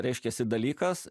reiškiasi dalykas